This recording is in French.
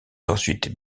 ensuite